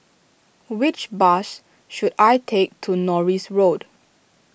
which bus should I take to Norris Road